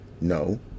No